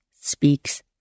speaks